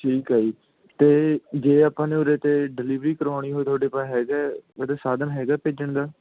ਠੀਕ ਹੈ ਜੀ ਅਤੇ ਜੇ ਆਪਾਂ ਨੇ ਉਰੇ ਅਤੇ ਡਿਲੀਵਰੀ ਕਰਾਉਣੀ ਹੋਵੇ ਤੁਹਾਡੇ ਪਾ ਹੈਗਾ ਇਹਦਾ ਸਾਧਨ ਹੈਗਾ ਭੇਜਣ ਦਾ